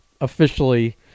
officially